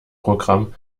programm